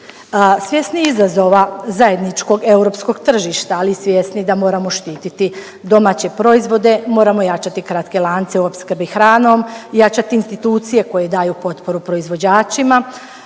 Svjesni izazova zajedničkog europskog tržišta, ali i svjesni da moramo štititi domaće proizvode, moramo jačati kratke lance u opskrbi hranom, jačati institucije koje daju potporu proizvođačima,